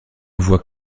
voit